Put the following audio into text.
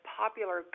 popular